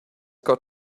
got